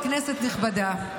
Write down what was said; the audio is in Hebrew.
כנסת נכבדה,